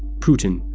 putin,